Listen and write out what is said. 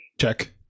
Check